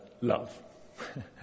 love